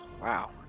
wow